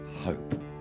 hope